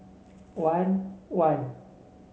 one one